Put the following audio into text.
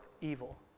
evil